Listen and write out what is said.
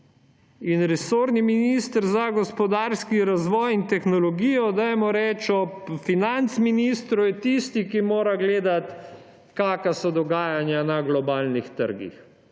Resorni minister za gospodarski razvoj in tehnologijo je, dajmo reči, ob financministru tisti, ki mora gledati, kakšna so dogajanja na globalnih trgih,